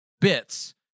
bits